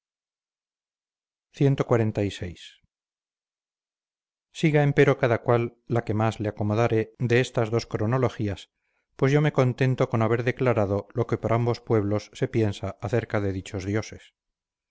troya cxlvi siga empero cada cual la que más le acomodare de estas dos cronologías pues yo me contento con haber declarado lo que por ambos pueblos se piensa acerca de dichos dioses